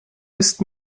ist